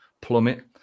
plummet